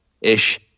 ish